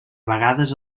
vegades